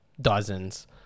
dozens